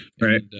right